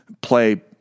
play